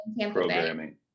programming